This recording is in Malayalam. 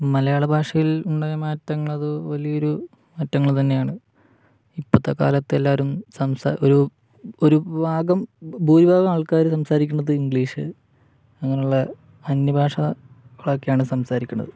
മലയാള ഭാഷയിലുണ്ടായ മാറ്റങ്ങള് അത് വലിയൊരു മാറ്റങ്ങള് തന്നെയാണ് ഇപ്പോഴത്തെ കാലത്ത് എല്ലാവരും ഒരു ഒരു ഭാഗം ഭൂരിഭാഗം ആൾക്കാര് സംസാരിക്കുന്നത് ഇംഗ്ലീഷ് അങ്ങനെയുള്ള അന്യഭാഷകളൊക്കെയാണ് സംസാരിക്കുന്നത്